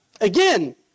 again